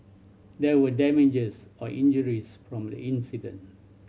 there were damages or injuries from the incident